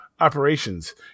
operations